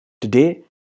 Today